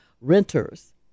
renters